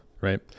right